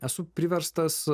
esu priverstas